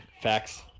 Facts